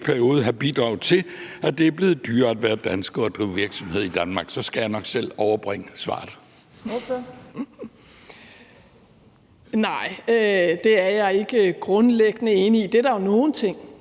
Nej, det er jeg ikke grundlæggende enig i. Der er nogle ting,